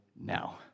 now